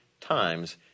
times